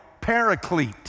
paraclete